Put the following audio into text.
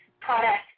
product